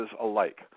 alike